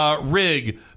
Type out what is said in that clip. rig